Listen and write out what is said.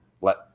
let